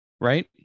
right